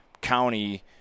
county